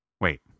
Wait